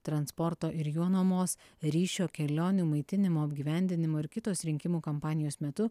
transporto ir juo nuomos ryšio kelionių maitinimo apgyvendinimo ir kitos rinkimų kampanijos metu